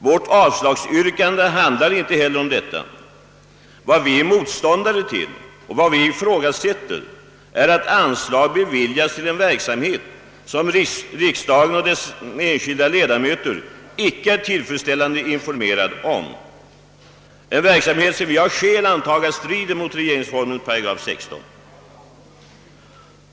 Vårt avslagsyrkande handlar inte heller om detta. Vad vi är motståndare till och ifrågasätter är att anslag beviljas till en verksamhet, som riksdagen och dess enskilda ledamöter inte är tillfredsställande informerade om, en verksamhet som vi har skäl anta strider mot regeringsformens 8 16.